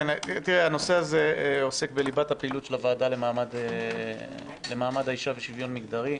הנושא הזה עוסק בליבת הפעילות של הוועדה למעמד האישה ושוויון מגדרי.